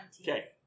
Okay